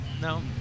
No